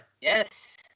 Yes